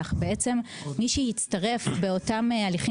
שמי שהצטרף לתביעות של העובדים באותם הליכים